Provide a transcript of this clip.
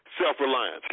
self-reliance